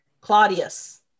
Claudius